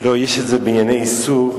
יש את זה בענייני איסור,